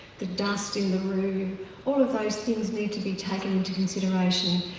the dust in the room, all of those things need to be taken into consideration.